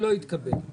לא להביא דברים אחרים.